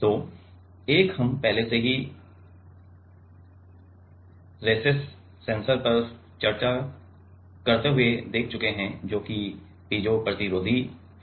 तो एक हम पहले से ही रेसस्स सेंसर पर चर्चा करते हुए देख चुके हैं जो कि पीजो प्रतिरोधी है